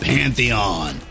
Pantheon